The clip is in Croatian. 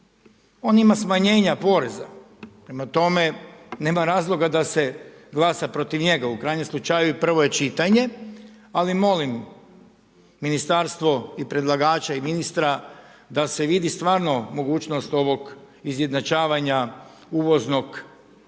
On ima smanjenja poreza, prema tome nema razloga da se glasa protiv njega, u krajnjem slučaju prvo je čitanje, ali molim ministarstvo i predlagača i ministra da se vidi stvarno mogućnost ovog izjednačavanja uvoznog